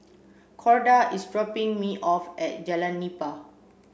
Corda is dropping me off at Jalan Nipah